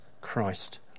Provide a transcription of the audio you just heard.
Christ